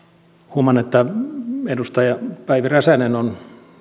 huomaan että edustaja päivi räsänen on